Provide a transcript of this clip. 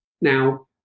now